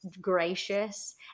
gracious